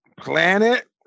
Planet